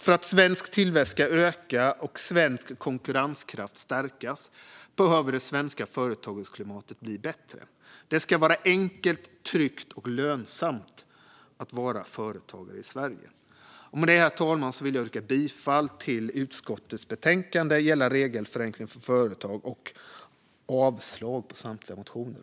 För att svensk tillväxt ska öka och svensk konkurrenskraft stärkas behöver det svenska företagsklimatet bli bättre. Det ska vara enkelt, tryggt och lönsamt att vara företagare i Sverige. Med detta, herr talman, vill jag yrka bifall till förslaget i utskottets betänkande gällande regelförenkling för företag och avslag på samtliga motioner.